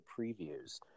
previews